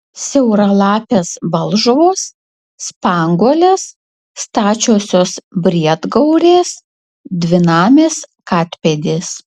siauralapės balžuvos spanguolės stačiosios briedgaurės dvinamės katpėdės